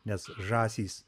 nes žąsys